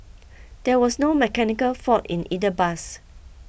there was no mechanical fault in either bus